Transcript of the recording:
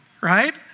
right